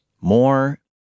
more